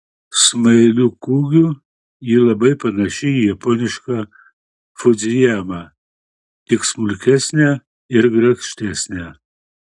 smailiu kūgiu ji labai panaši į japonišką fudzijamą tik smulkesnę ir grakštesnę